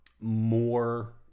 more